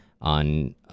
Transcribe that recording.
on